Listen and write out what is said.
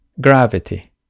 gravity